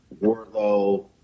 Warlow